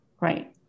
Right